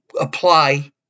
apply